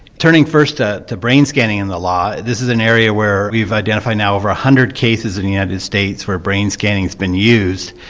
turning first ah to brain scanning and the law, this is an area where we've identified now over one hundred cases in the united states where brain scanning has been used,